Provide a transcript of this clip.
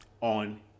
on